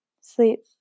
Sleep